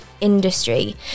industry